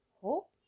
hope